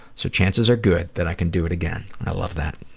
so chances are good that i can do it again. i love that.